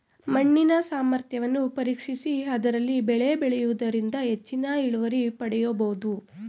ಮಣ್ಣಿನ ಸಾಮರ್ಥ್ಯವನ್ನು ಪರೀಕ್ಷಿಸಿ ಅದರಲ್ಲಿ ಬೆಳೆ ಬೆಳೆಯೂದರಿಂದ ಹೆಚ್ಚಿನ ಇಳುವರಿ ಪಡೆಯಬೋದು